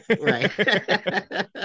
right